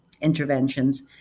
interventions